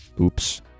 Oops